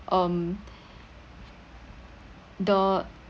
um the